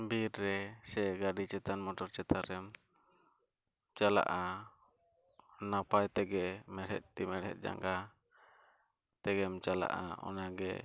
ᱵᱤᱨ ᱨᱮ ᱥᱮ ᱜᱟᱹᱰᱤ ᱪᱮᱛᱟᱱ ᱢᱚᱴᱚᱨ ᱪᱮᱛᱟᱱ ᱨᱮ ᱪᱟᱞᱟᱜᱼᱟ ᱱᱟᱯᱟᱭ ᱛᱮᱜᱮ ᱢᱮᱬᱦᱮᱫ ᱛᱤ ᱢᱮᱬᱦᱮᱫ ᱡᱟᱦᱟᱸ ᱛᱮᱜᱮᱢ ᱪᱟᱞᱟᱜᱼᱟ ᱚᱱᱟ ᱜᱮ